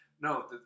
no